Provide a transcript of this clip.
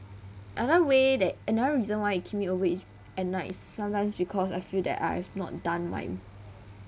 another way that another reason why it keep me awake is at night is sometimes because I feel that I've not done my